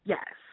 Yes